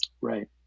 right